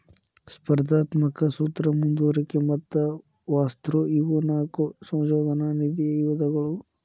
ಸ್ಪರ್ಧಾತ್ಮಕ ಸೂತ್ರ ಮುಂದುವರಿಕೆ ಮತ್ತ ಪಾಸ್ಥ್ರೂ ಇವು ನಾಕು ಸಂಶೋಧನಾ ನಿಧಿಯ ವಿಧಗಳು